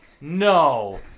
no